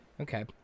Okay